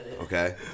Okay